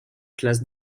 classe